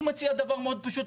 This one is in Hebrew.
הוא מציע דבר מאוד פשוט,